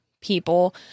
people